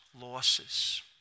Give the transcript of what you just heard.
losses